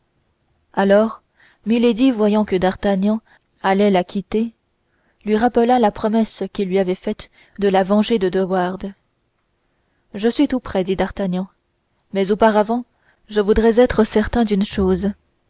alors milady voyant que d'artagnan allait la quitter lui rappela la promesse qu'il lui avait faite de la venger de de wardes je suis tout prêt dit d'artagnan mais auparavant je voudrais être certain d'une chose